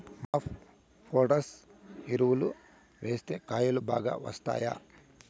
MOP potash ఎరువులు వేస్తే కాయలు బాగా వస్తాయా?